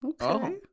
Okay